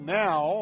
now